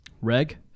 Reg